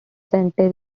santa